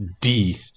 D-